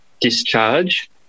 discharge